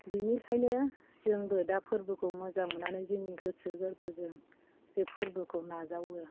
बिनिखायनो जोंबो दा फोरबोखौ मोजां मोन्नानै जोंनि गोसो गोरबोजों बे फोरबोखौ नाजावो